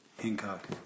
Hancock